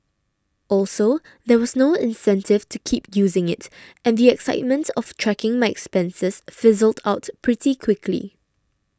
also there was no incentive to keep using it and the excitement of tracking my expenses fizzled out pretty quickly